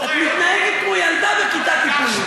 את מתנהגת כמו ילדה בכיתה טיפולית.